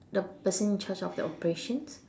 the person in charge of the operation